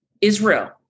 Israel